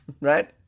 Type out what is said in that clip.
right